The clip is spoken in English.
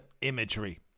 imagery